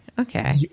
okay